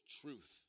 truth